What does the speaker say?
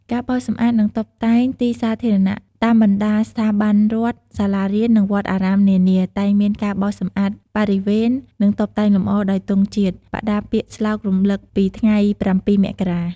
ការបោសសម្អាត និងតុបតែងទីសាធារណៈ តាមបណ្ដាស្ថាប័នរដ្ឋ សាលារៀន និងវត្តអារាមនានា តែងមានការបោសសម្អាតបរិវេណ និងតុបតែងលម្អដោយទង់ជាតិ បដាពាក្យស្លោករំឭកពីថ្ងៃ៧ មករា។